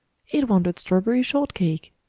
it wanted strawberry shortcake!